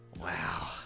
Wow